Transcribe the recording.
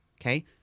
okay